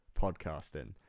podcasting